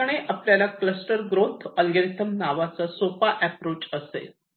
याठिकाणी आपला cluster growth algorithm नावाचा सोपा अप्रोच असेल